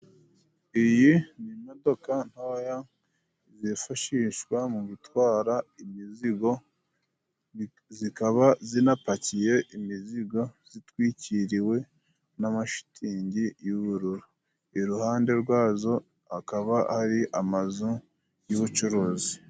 Iyi ni imodokadoka ntoya zifashishwa mu gutwara imizigo，zikaba zinapakiye imizigo zitwikiriwe n'amashitingi y'ubururu，iruhande rwazo hakaba hari amazu y'ubucuruzi.